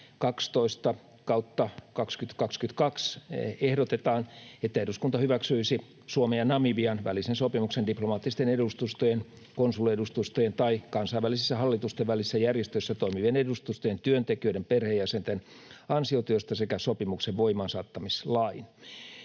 12/2022 ehdotetaan, että eduskunta hyväksyisi Suomen ja Namibian välisen sopimuksen diplomaattisten edustustojen, konsuliedustustojen tai kansainvälisissä hallitusten välisissä järjestöissä toimivien edustustojen työntekijöiden perheenjäsenten ansiotyöstä sekä sopimuksen voimaansaattamislain.